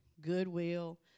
goodwill